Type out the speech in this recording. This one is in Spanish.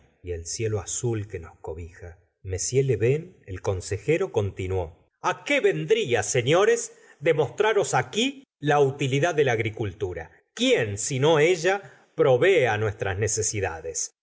y el cielo azul que nos cobija m lieuvain el consejero continuó a qué vendría señores demostraros aquí la utilidad de la agricultura quien sino ella provee á nuestras necesidades